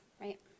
right